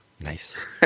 Nice